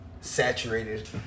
Saturated